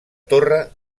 torre